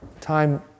Time